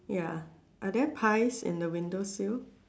ya are there pies in the windowsill